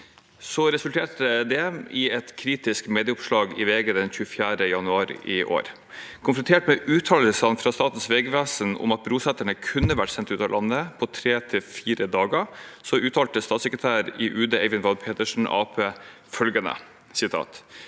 resulterte i et kritisk medieoppslag i VG den 24. januar i år. Konfrontert med uttalelsene fra Statens vegvesen om at brosettene kunne vært sendt ut av landet på tre til fire dager, uttalte statssekretær i UD, Eivind Vad Petersson,